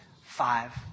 Five